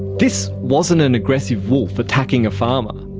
this wasn't an aggressive wolf, attacking a farmer.